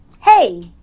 hey